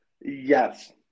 Yes